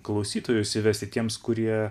klausytojus įvesti tiems kurie